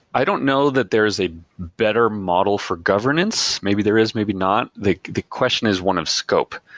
i don't know that there is a better model for governance. maybe there is, maybe not. the the question is one of scope.